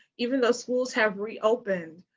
even though schools have reopened,